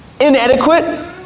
inadequate